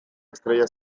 estrella